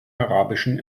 arabischen